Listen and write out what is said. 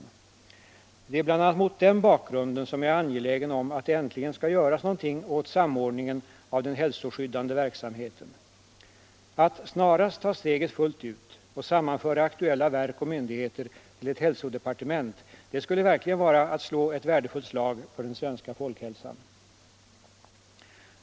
Det är bl.a. mot den bakgrunden som jag är angelägen om att det äntligen skall göras någonting åt samordningen av den hälsoskyddande verksamheten. Att snarast ta steget fullt ut och sammanföra aktuella verk och myndigheter till ett hälsodepartement skulle verkligen vara att slå ett värdefullt slag för den svenska folkhälsan.